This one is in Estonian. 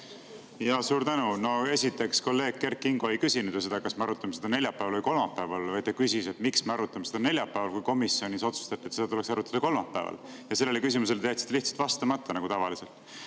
Suur tänu! No esiteks, kolleeg Kert Kingo ei küsinud ju seda, kas me arutame seda neljapäeval või kolmapäeval. Ta küsis, miks me arutame seda neljapäeval, kui komisjonis otsustati, et seda tuleks arutada kolmapäeval. Ja sellele küsimusele te jätsite lihtsalt vastamata nagu tavaliselt. Aga